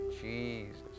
Jesus